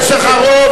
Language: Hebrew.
יש לך רוב.